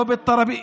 לא בתראבין,